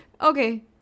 Okay